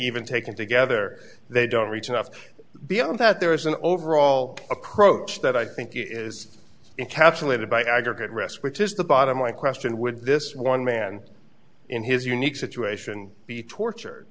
even taken together they don't reach enough beyond that there is an overall approach that i think is in capsulated by aggregate risk which is the bottom line question would this one man in his unique situation be tortured